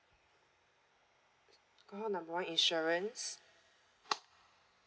call number one insurance